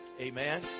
Amen